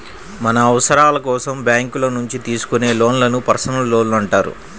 మన అవసరాల కోసం బ్యేంకుల నుంచి తీసుకునే లోన్లను పర్సనల్ లోన్లు అంటారు